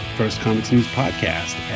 firstcomicsnewspodcast